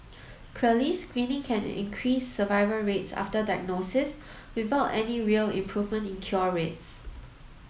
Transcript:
clearly screening can increase survival rates after diagnosis without any real improvement in cure rates